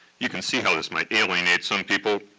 you can see how this might alienate some people,